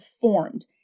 formed